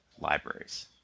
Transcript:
libraries